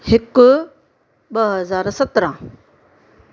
हिकु ॿ हज़ार सत्रहं